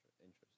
interest